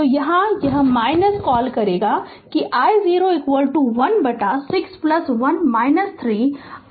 तो यहाँ यह है - कॉल करेगा कि i0 1 बटा 61 3 i0 बटा 3